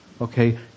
okay